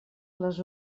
les